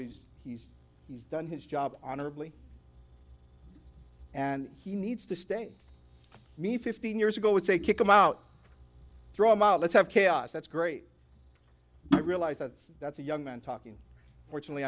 he's he's he's done his job honorably and he needs to stay me fifteen years ago it's a kick him out throw him out let's have chaos that's great i realize that's that's a young man talking fortunately